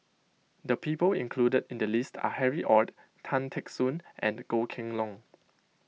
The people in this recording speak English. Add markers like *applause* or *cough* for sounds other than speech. the people include in the list are Harry Ord Tan Teck Soon and Goh Kheng Long *noise*